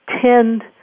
tend